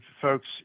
folks